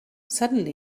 suddenly